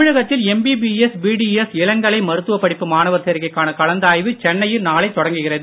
தமிழகத்தில் MBBS BDS இளங்கலை மருத்துவ படிப்பு மாணவர் சேர்க்கைக்கான கலந்தாய்வு சென்னையில் நாளை தொடங்குகிறது